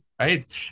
Right